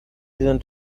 sind